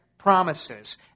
Promises